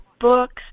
books